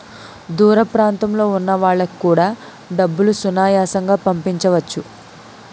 దూర ప్రాంతంలో ఉన్న వాళ్లకు కూడా డబ్బులు సునాయాసంగా పంపించవచ్చు